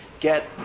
get